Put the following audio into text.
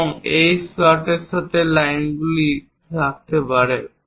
এবং এই স্লটের সাথে লাইনগুলিও রাখতে পারে